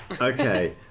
Okay